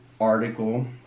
article